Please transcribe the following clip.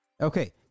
Okay